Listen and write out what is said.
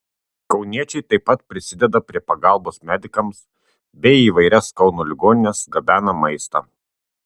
kauniečiai taip pat prisideda prie pagalbos medikams bei į įvairias kauno ligonines gabena maistą